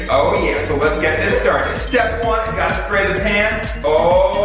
oh yeah, so let's get this started! step one gotta spray the pan oh